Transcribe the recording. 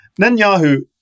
Netanyahu